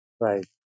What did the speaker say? Right